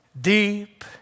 Deep